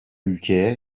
ülkeye